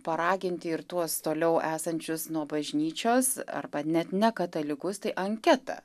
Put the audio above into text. paraginti ir tuos toliau esančius nuo bažnyčios arba net ne katalikus tai anketa